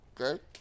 Okay